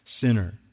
sinner